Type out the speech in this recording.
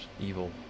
evil